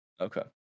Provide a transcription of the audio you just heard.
okay